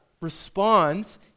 responds